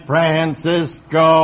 Francisco